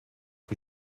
die